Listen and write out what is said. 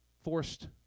forced